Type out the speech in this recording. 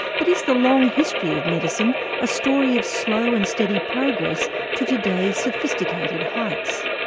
but is the long history of medicine a story of slow and steady progress to today's sophisticated heights?